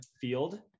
Field